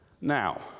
Now